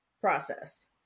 process